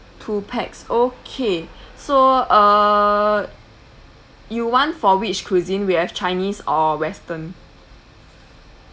two pax okay so uh you want for which cuisine we have chinese or western